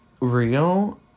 real